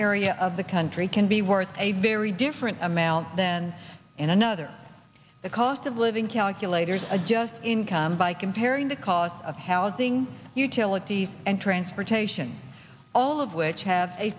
area of the country can be worth a very different amount then in another the cost of living calculators adjust income by comparing the cost of housing utilities and transportation all of which have a